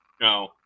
No